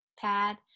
pad